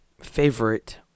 Favorite